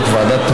כי